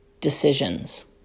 decisions